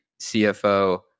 CFO